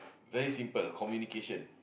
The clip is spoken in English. very simple communication